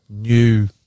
new